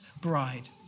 bride